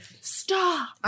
stop